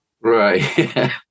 Right